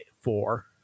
four